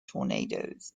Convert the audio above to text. tornadoes